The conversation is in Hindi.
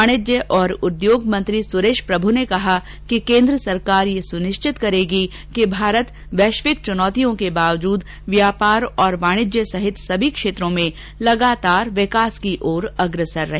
वाणिज्य और उद्योग मंत्री सुरेश प्रमू ने कहा कि केन्द्र सरकार यह सुनिश्चित करेगी कि भारत वैश्विक चुनौतियों के बावजूद व्यापार और वाणिज्य सहित सभी क्षेत्रों में लगातार विकास कीओर अग्रसर रहे